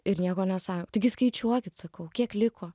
ir nieko nesa taigi skaičiuokit sakau kiek liko